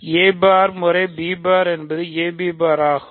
a bar முறை b bar abபார் ஆகும்